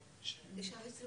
על החלטת הנשיאות שלא לאשר